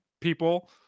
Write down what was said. people